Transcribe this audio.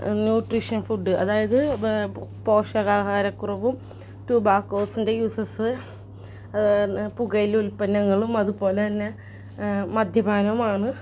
nutrition food അതായത് ബാ പോഷകാഹാരക്കുറവും ടുബാക്കോസിൻ്റെ യൂസസ് അതുപോലെതന്നെ പുകയില ഉത്പ്പന്നങ്ങളും അതുപോലെതന്നെ മദ്യപാനവുമാണ്